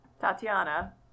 Tatiana